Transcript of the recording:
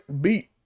beat